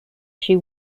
she